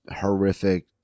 horrific